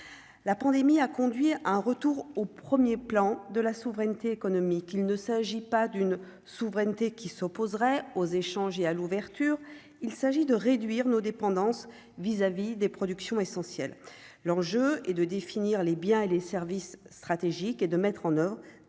la pandémie a conduit un retour au 1er plan de la souveraineté économique, il ne s'agit pas d'une souveraineté qui s'opposeraient aux échanges et à l'ouverture, il s'agit de réduire nos dépendance vis-à-vis des productions essentiel, l'enjeu est de définir les biens et les services stratégiques et de mettre en oeuvre une méthode